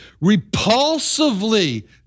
repulsively